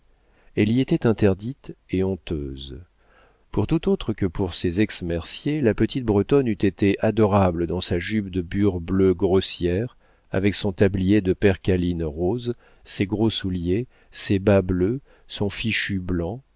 elle y était interdite et honteuse pour tout autre que pour ces ex merciers la petite bretonne eût été adorable dans sa jupe de bure bleue grossière avec son tablier de percaline rose ses gros souliers ses bas bleus son fichu blanc